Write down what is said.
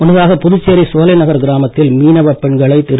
முன்னதாக புதுச்சேரி சோலை நகர் கிராமத்தில் மீனவப் பெண்களை திரு